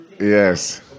Yes